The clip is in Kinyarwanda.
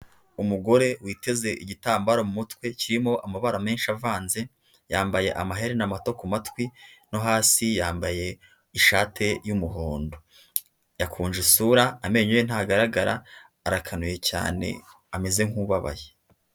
Umugore witeze igitambaro mu mutwe kirimo amabara menshi avanze yambaye amaherena mato ku matwi no hasi yambaye ishati y'umuhondo, yakunje isura amenyo ye ntagaragara arakanuye cyane ameze nkubabaye.